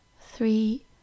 three